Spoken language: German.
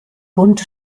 bund